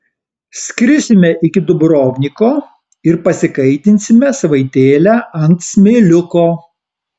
skrisime iki dubrovniko ir pasikaitinsime savaitėlę ant smėliuko